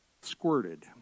squirted